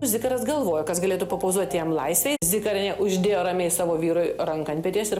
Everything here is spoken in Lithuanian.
zikaras galvojo kas galėtų papozuoti jam laisvei zikarienė uždėjo ramiai savo vyrui ranką ant peties ir